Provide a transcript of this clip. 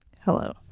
hello